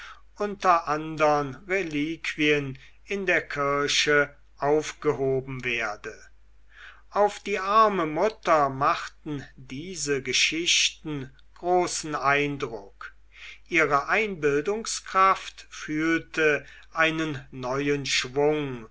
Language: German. unter andern reliquien in der kirche aufgehoben werde auf die arme mutter machten diese geschichten großen eindruck ihre einbildungskraft fühlte einen neuen schwung